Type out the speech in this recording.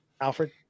Alfred